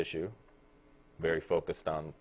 tissue very focused on